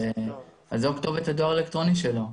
זו כתובת הדואר האלקטרוני שלו.